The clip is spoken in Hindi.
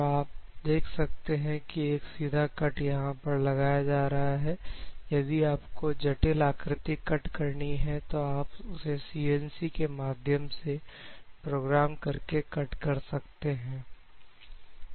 आप देख सकते हैं कि एक सीधा काट यहां पर लगाया जा रहा है यदि आपको जटिल आकृति कट करनी है तो आप उसे CNC के माध्यम से प्रोग्राम करके कट कर सकते हैं